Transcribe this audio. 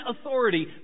authority